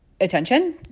attention